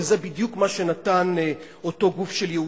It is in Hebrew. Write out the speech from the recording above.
וזה בדיוק מה שנתן אותו גוף של ייעוץ.